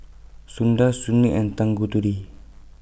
Sundar Sunil and Tanguturi